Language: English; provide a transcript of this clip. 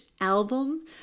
album